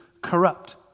corrupt